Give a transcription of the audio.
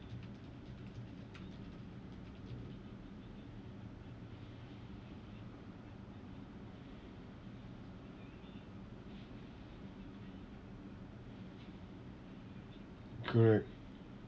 correct